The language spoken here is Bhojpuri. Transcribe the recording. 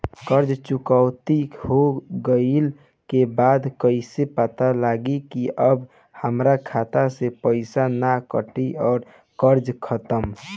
कर्जा चुकौती हो गइला के बाद कइसे पता लागी की अब हमरा खाता से पईसा ना कटी और कर्जा खत्म?